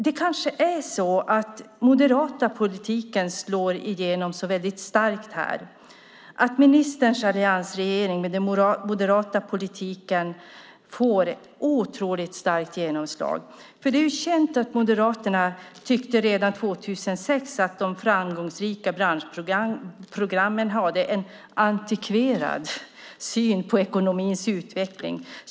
Det kanske är så att den moderata politiken slår igenom så väldigt starkt här, att ministerns alliansregering med den moderata politiken får ett otroligt starkt genomslag. Det är ju känt att Moderaterna redan 2006 tyckte att de framgångsrika branschprogrammen hade en antikverad syn på ekonomins utveckling.